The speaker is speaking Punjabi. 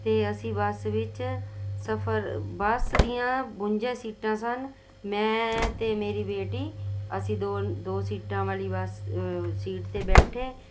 ਅਤੇ ਅਸੀਂ ਬੱਸ ਵਿੱਚ ਸਫ਼ਰ ਬੱਸ ਦੀਆਂ ਬਵੰਜਾ ਸੀਟਾਂ ਸਨ ਮੈਂ ਅਤੇ ਮੇਰੀ ਬੇਟੀ ਅਸੀਂ ਦੋ ਦੋ ਸੀਟਾਂ ਵਾਲੀ ਬੱਸ ਸੀਟ 'ਤੇ ਬੈਠੇ